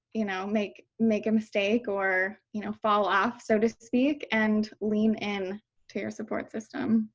you know, make make a mistake or, you know, fall off so to speak, and lean in to your support system.